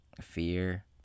fear